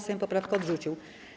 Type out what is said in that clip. Sejm poprawkę odrzucił.